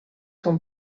són